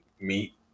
meet